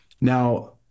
Now